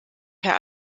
per